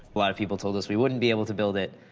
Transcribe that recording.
a lot of people told us we wouldn't be able to build it.